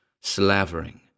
Slavering